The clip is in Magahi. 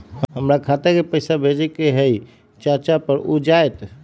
हमरा खाता के पईसा भेजेए के हई चाचा पर ऊ जाएत?